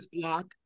Block